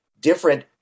different